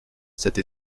cette